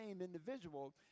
individual